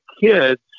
kids